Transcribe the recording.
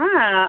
হ্যাঁ